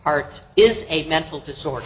part is a mental disorder